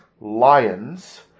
lions